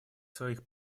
своих